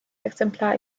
exemplar